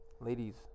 ladies